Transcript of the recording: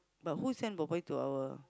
but who send boy boy to our